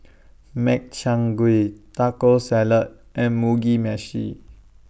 Makchang Gui Taco Salad and Mugi Meshi